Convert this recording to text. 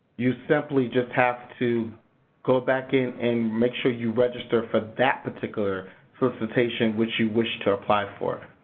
you simply just have to go back in and make sure you register for that particular solicitation which you wish to apply for.